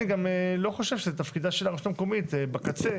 אני גם לא חושב שזה תפקידה של הרשות המקומית בקצה,